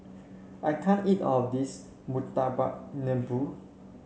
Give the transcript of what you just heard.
I can't eat all of this Murtabak Lembu